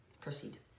proceed